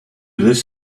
this